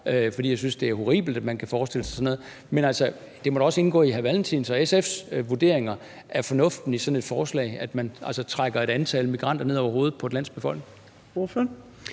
fordi jeg synes, det er horribelt, at man kan forestille sig sådan noget. Men altså, det må da også indgå i hr. Carl Valentin og SF's vurderinger, når man overvejer fornuften i sådan et forslag, hvor man altså trækker et antal migranter ned over hovedet på et lands befolkning.